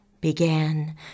began